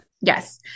Yes